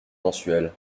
mensuel